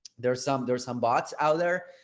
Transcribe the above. there's some, there's some bots out there.